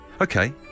Okay